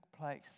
place